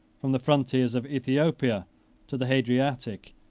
from the frontiers of aethiopia to the hadriatic,